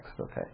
okay